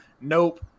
nope